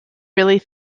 really